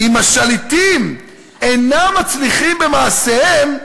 "אם השליטים אינם מצליחים במעשיהם,